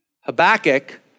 Habakkuk